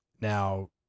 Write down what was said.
Now